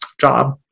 job